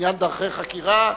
בעניין דרכי חקירה,